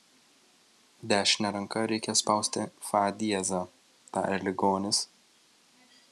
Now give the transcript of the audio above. dešine ranka reikia spausti fa diezą tarė ligonis